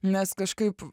nes kažkaip